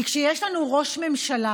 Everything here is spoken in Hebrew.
כי כשיש לנו ראש ממשלה